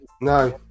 No